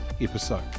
episode